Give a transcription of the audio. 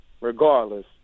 regardless